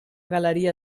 galeria